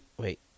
wait